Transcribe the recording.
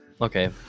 Okay